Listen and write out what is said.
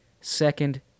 second